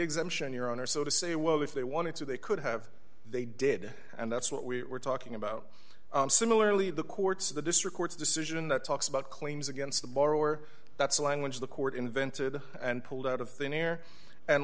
exemption your honor so to say well if they wanted to they could have they did and that's what we were talking about similarly the courts of the district court's decision that talks about claims against the borrower that's the language of the court invented and pulled out of thin air and